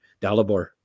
Dalibor